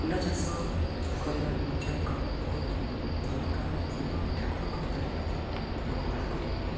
ଫୁଲ ଚାଷ କରିବା ମଧ୍ୟ ଏକ ବହୁତ ଭଲ କାରଣ ଫୁଲ ଠାକୁରଙ୍କ ପାଖରେ ଲାଗିଥାଏ ଫୁଲକୁ ମାଳ କରି